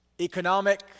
economic